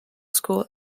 school